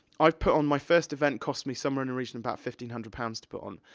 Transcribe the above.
i've put on my first event, cost me somewhere in the region about fifteen hundred pounds to put on.